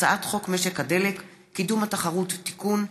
הצעת חוק משק הדלק (קידום התחרות) (תיקון)